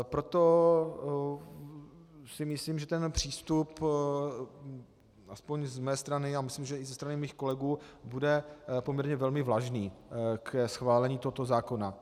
Proto si myslím, že ten přístup aspoň z mé strany, a myslím, že i ze strany mých kolegů, bude poměrně velmi vlažný ke schválení tohoto zákona.